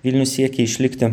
vilnius siekia išlikti